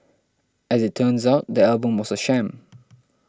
as it turns out the album was a sham